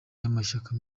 y’amashyaka